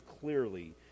clearly